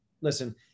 listen